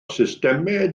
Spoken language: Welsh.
systemau